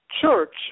church